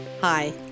Hi